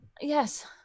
Yes